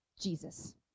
jesus